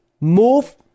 move